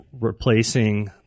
replacing